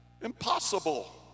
Impossible